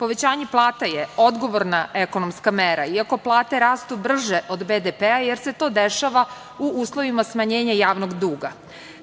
Povećanje plata je odgovorna ekonomska mera iako plate rastu brže od BDP, jer se to dešava u uslovima smanjenja javnog duga.